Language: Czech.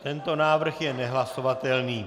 Tento návrh je nehlasovatelný.